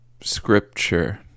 scripture